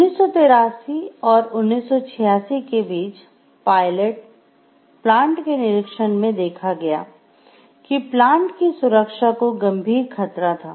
1983 और 1986 के बीच पायलट प्लांट के निरीक्षण में देखा गया कि प्लांट की सुरक्षा को गंभीर खतरा था